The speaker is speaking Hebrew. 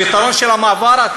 הפתרון של המעבר,